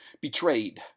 Betrayed